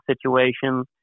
situation